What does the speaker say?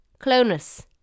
Clonus